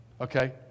Okay